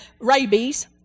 rabies